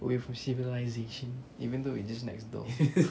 away from civilization even though it's just next door